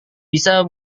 bisa